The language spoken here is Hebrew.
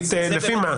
לפי מה?